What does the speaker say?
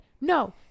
no